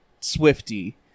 Swifty